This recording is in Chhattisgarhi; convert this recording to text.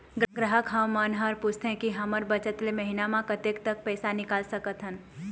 ग्राहक हमन हर पूछथें की हमर बचत ले महीना मा कतेक तक पैसा निकाल सकथन?